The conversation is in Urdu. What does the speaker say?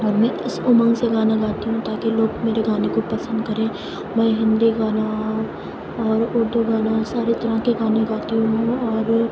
اور میں اس امنگ سے گانا گاتی ہوں تاکہ لوگ میرے گانے کو پسند کریں میں ہندی گانا اور اردو گانا سارے طرح کے گانے گاتی ہوں اور